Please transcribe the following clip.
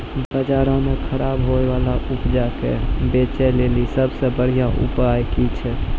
बजारो मे खराब होय बाला उपजा के बेचै लेली सभ से बढिया उपाय कि छै?